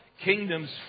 Kingdoms